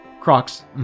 Crocs